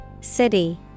City